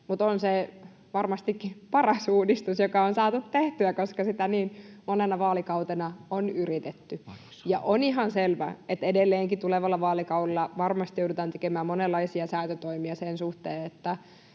mutta on se varmastikin paras uudistus, joka on saatu tehtyä, koska sitä niin monena vaalikautena on yritetty. On ihan selvää, että edelleenkin tulevalla vaalikaudella varmasti joudutaan tekemään monenlaisia säätötoimia sen suhteen, että